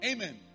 Amen